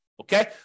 Okay